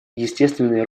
естественный